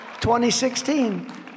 2016